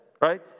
right